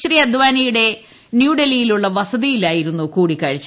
ശ്രീ അദ്വാനിയുടെ ന്യൂഡൽഹിയിലുള്ള വസതിയിലായിരുന്നു കൂടിക്കാഴ്ച